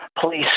police